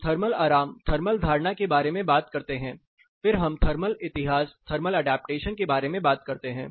हम थर्मल आराम थर्मल धारणा के बारे में बात करते हैं फिर हम थर्मल इतिहास थर्मल ऐडप्टेशन के बारे में बात करते हैं